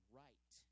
right